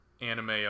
anime